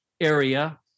area